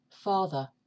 Father